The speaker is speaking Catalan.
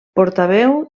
portaveu